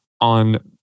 on